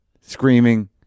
screaming